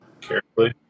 Carefully